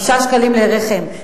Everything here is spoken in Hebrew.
5 שקלים ללחם,